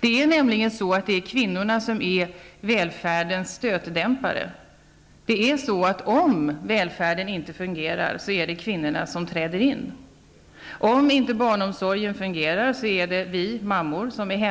Det är nämligen kvinnorna som är välfärdens stötdämpare. Om välfärden inte fungerar, är det kvinnorna som får träda in. När barnomsorgen inte fungerar, är det i övervägande grad vi mammor som får vara